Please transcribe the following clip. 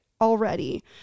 Already